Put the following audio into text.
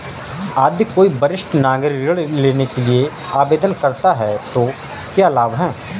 यदि कोई वरिष्ठ नागरिक ऋण के लिए आवेदन करता है तो क्या लाभ हैं?